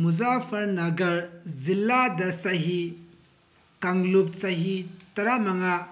ꯃꯨꯖꯥꯐꯔꯅꯥꯒꯔ ꯖꯤꯜꯂꯥ ꯆꯍꯤ ꯀꯥꯡꯂꯨꯞ ꯆꯍꯤ ꯇꯔꯥꯃꯉꯥ